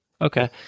Okay